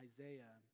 Isaiah